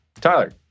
Tyler